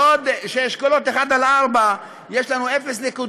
בעוד שבאשכולות 1 4 יש לנו 0.3%,